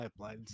pipelines